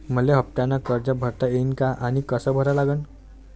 मले हफ्त्यानं कर्ज भरता येईन का आनी कस भरा लागन?